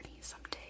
someday